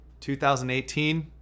2018